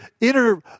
inner